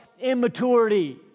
immaturity